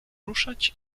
ruszać